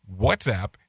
WhatsApp